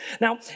Now